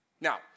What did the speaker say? Now